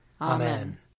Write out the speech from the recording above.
Amen